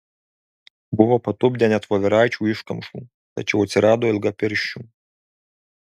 buvo patupdę net voveraičių iškamšų tačiau atsirado ilgapirščių